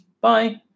Bye